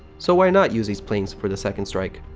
so, why not use these planes for the second strike?